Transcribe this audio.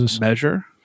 measure